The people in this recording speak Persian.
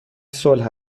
صلح